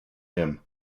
hymn